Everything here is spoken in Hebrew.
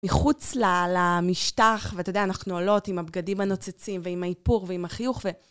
מחוץ למשטח, ואתה יודע, אנחנו עולות עם הבגדים הנוצצים ועם האיפור ועם החיוך ו...